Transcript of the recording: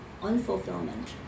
unfulfillment